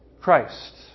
Christ